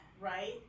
right